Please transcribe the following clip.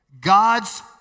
God's